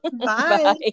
bye